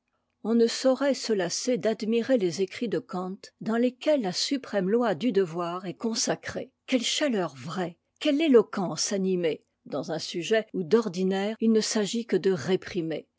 on ne saurait se lasser d'admirer les écrits de kant dans lesquels la suprême loi du devoir est consacrée quelle chaleur vraie quelle éloquence animée dans un sujet où d'ordinaire il ne s'agit que de réprimer